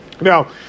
Now